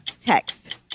Text